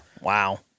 Wow